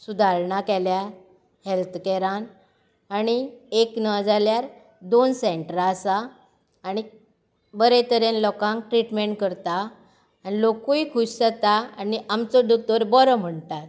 सुधारणां केल्यात हॅल्थ कॅरान आनी एक न्हय जाल्यार दोन सेंटरां आसात आनी बरे तरेन लोकांक ट्रिटमेंट करतात आनी लोकूय खूश जातात आनी आमचो दोतोर बरो म्हणटात